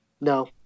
No